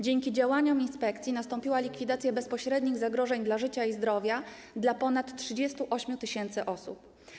Dzięki działaniom inspekcji nastąpiła likwidacja bezpośrednich zagrożeń dla życia i zdrowia w przypadku ponad 38 tys. osób.